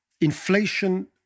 inflation